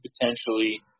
potentially